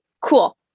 Cool